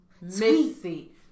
Missy